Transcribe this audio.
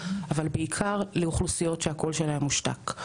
אבל בעיקר לאוכלוסיות שהקול שלהן הושתק.